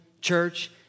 church